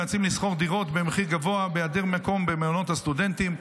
הם נאלצים לשכור דירות במחיר גבוה בהיעדר מקום במעונות הסטודנטים.